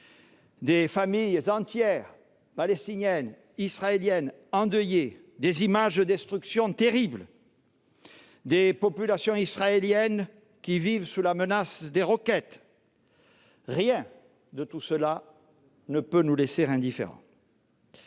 des familles entières, palestiniennes et israéliennes, endeuillées ; des images de destruction terribles ; une population israélienne qui vit sous la menace des roquettes. Rien de tout cela ne peut nous laisser indifférents.